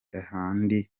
ahandi